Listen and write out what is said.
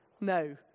No